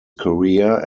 career